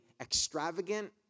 extravagant